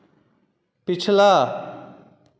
पिच्छला